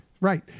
Right